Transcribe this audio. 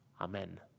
Amen